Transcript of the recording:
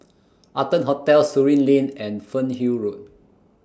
Arton Hotel Surin Lane and Fernhill Road